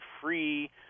free